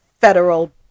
federal